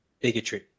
bigotry